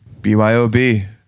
BYOB